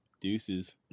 Deuces